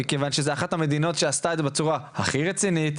מכיוון שזאת אחת המדינות שעשתה את זה בצורה הכי רצינית,